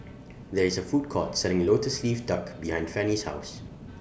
There IS A Food Court Selling Lotus Leaf Duck behind Fannye's House